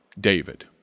David